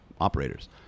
operators